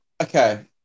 okay